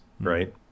right